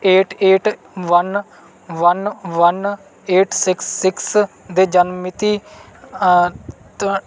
eight eight one one one eight six six ਅਤੇ ਜਨਮ ਮਿਤੀ